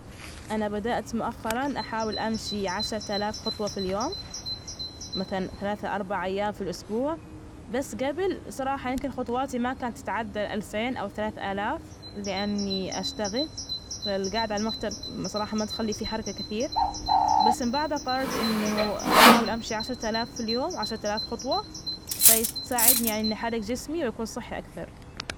أنا بدأت مؤخرا أحاول أمشي عشرة آلاف خطوة في اليوم. مثلا، ثلاث لأربع أيام في الأسبوع، بس جبل صراحة يمكن خطواتي ما كانت تتعدى الآلفين أو ثلاثة آلاف لأني أشتغل، فالجعدة على المكتب، بصراحة ما تخلي فيه حركة كثير، بس من بعدها قررت إنه أحاول أمشي عشرة آلاف في اليوم عشرة آلاف خطوة فتساعدني يعني إني حرك جسمي ويكون صحي أكثر.